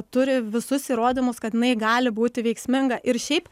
turi visus įrodymus kad jinai gali būti veiksminga ir šiaip